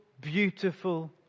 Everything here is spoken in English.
beautiful